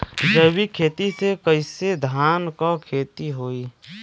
जैविक खेती से कईसे धान क खेती होई?